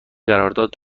قرارداد